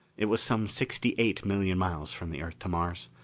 it was some sixty-eight million miles from the earth to mars.